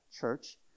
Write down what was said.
church